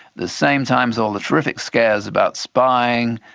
the same time as all the terrific scares about spying,